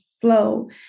flow